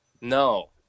No